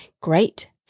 great